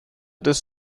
des